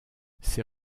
ses